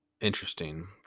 interesting